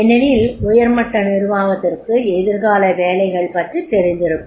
ஏனெனில் உயர்மட்ட நிர்வாகத்திற்கு எதிர்கால வேலைகள் பற்றி தெரிந்திருக்கும்